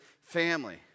family